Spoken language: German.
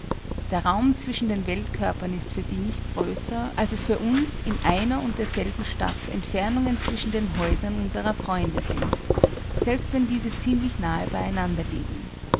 der raum zwischen den weltkörpern ist für sie nicht größer als es für uns in einer und derselben stadt entfernungen zwischen den häusern unserer freunde sind selbst wenn diese ziemlich nahe bei einander liegen